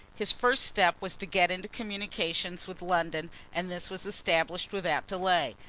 his first step was to get into communication with london and this was established without delay.